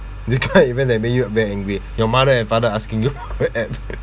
you can't remember an event that made you very angry your mother and father asking you app